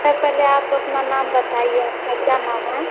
sir पहले आप अपना नाम बताइए आपका क्या नाम है